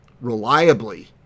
reliably